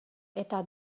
eta